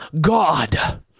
God